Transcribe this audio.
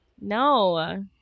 No